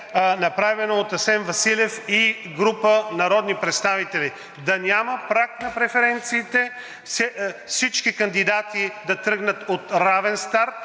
направено от Асен Василев и група народни представители – да няма праг на преференциите. Всички кандидати да тръгнат от равен старт